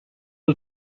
yıl